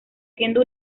siendo